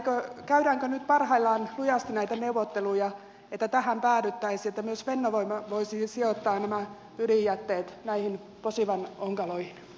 ja käydäänkö nyt parhaillaan lujasti näitä neuvotteluja jotta päädyttäisiin siihen että myös fennovoima voisi sijoittaa nämä ydinjätteet näihin posivan onkaloihin